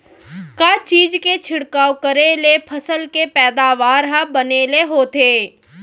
का चीज के छिड़काव करें ले फसल के पैदावार ह बने ले होथे?